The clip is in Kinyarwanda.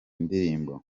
ndirimbo